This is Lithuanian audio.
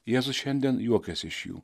jėzus šiandien juokiasi iš jų